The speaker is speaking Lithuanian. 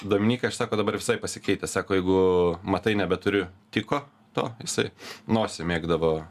dominykai aš sako dabar visai pasikeitęs sako jeigu matai nebeturiu tiko to isai nosį mėgdavo